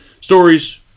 stories